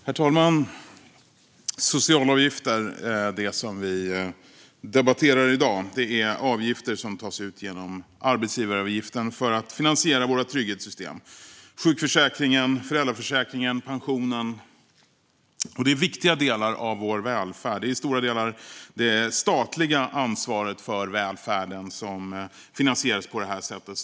Herr talman! Socialavgifter, det som vi debatterar i dag, är avgifter som tas ut genom arbetsgivaravgiften för att finansiera våra trygghetssystem: sjukförsäkringen, föräldraförsäkringen och pensionen. Det här är viktiga delar av vår välfärd. Det är i stora delar det statliga ansvaret för välfärden som finansieras på det här sättet.